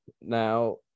Now